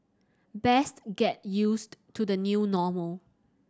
best get used to the new normal